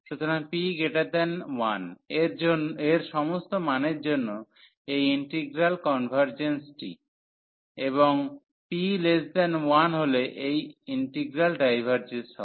সুতরাং p1 এর সমস্ত মানের জন্য এই ইন্টিগ্রাল কনভারর্জেন্সটি এবং p≤1 হলে এই ইন্টিগ্রাল ডাইভারর্জটি হয়